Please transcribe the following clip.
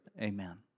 Amen